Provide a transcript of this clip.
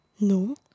no